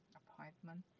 appointment